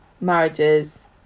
marriages